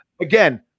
again